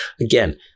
Again